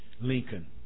Lincoln